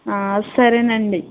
సరేనండి